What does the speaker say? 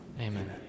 Amen